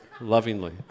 lovingly